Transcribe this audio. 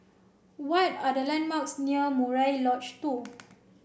what are the landmarks near Murai Lodge Two